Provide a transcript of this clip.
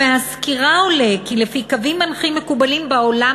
מהסקירה עולה כי לפי קווים מנחים מקובלים בעולם